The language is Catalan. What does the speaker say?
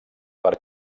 per